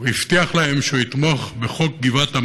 הוא הבטיח להם שהוא יתמוך בחוק גבעת עמל.